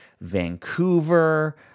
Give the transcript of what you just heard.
Vancouver